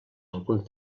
alguns